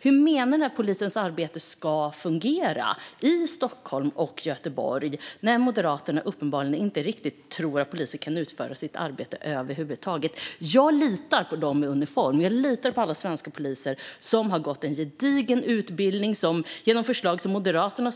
Hur menar ni att polisens arbete ska fungera i Stockholm och Göteborg när Moderaterna uppenbarligen inte riktigt tror att polisen kan utföra sitt arbete över huvud taget? Jag litar på dem i uniform. Jag litar på alla svenska poliser som har gått en gedigen utbildning. De ska genom förslag från Vänsterpartiet, som Moderaterna